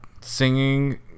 singing